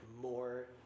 more